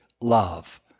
love